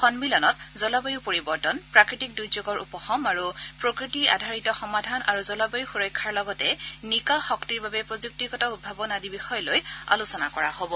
সন্মিলনত জলবায় পৰিৱৰ্তন প্ৰাকৃতিক দুৰ্যোগৰ উপশম আৰু প্ৰকৃতি আধাৰিত সমাধান আৰু জলবায়ু সুৰক্ষাৰ লগতে নিকা শক্তিৰ বাবে প্ৰযুক্তিগত উদ্ভাৱন আদি বিষয় লৈ আলোচনা কৰা হ'ব